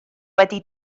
wedi